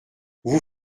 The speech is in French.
vous